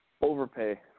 Overpay